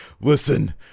listen